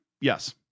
yes